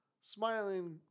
smiling